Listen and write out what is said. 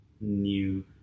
new